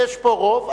יש פה רוב,